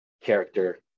character